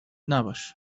نباش